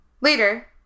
Later